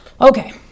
okay